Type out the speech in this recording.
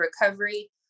recovery